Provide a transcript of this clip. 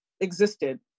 existed